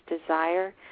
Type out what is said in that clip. desire